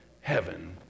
heaven